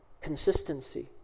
consistency